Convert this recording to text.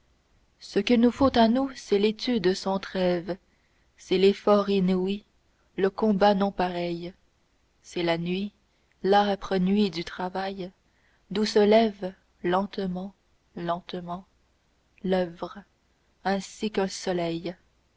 ce qu'il nous faut à nous c'est l'étude sans trêve c'est l'effort inouï le combat non pareil c'est la nuit l'âpre nuit du travail d'où se lève lentement lentement l'oeuvre ainsi qu'un soleil